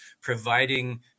providing